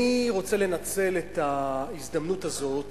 אני רוצה לנצל את ההזדמנות הזאת